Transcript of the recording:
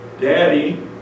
Daddy